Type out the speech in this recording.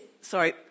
Sorry